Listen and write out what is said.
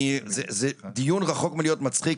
זה דיון רחוק מלהיות מצחיק,